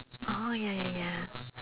oh ya ya ya